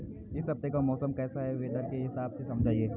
इस हफ्ते का मौसम कैसा है वेदर के हिसाब से समझाइए?